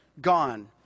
gone